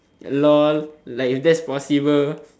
lol like if that's possible